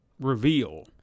reveal